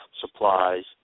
supplies